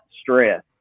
stress